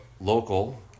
local